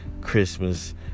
Christmas